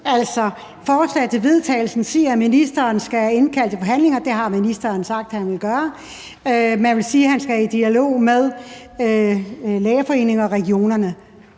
Altså, forslaget til vedtagelse siger, at ministeren skal indkalde til forhandlinger – det har ministeren sagt at han vil gøre – og man siger, at han skal i dialog med Lægeforeningen og regionerne.